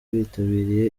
bitabiriye